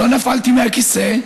לא נפלתי מהכיסא.